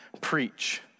preach